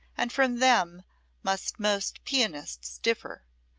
and from them must most pianists differ.